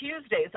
Tuesdays